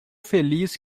feliz